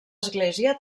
església